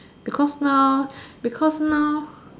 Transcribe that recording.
because now because now